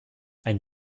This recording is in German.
ein